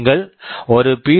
நீங்கள் ஒரு பி